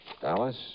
Dallas